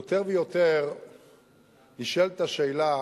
יותר ויותר נשאלת השאלה